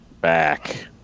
back